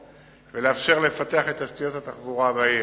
ולאפשר לפתח את תשתיות התחבורה בעיר.